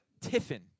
Tiffin